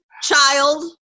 Child